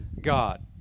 God